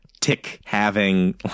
tick-having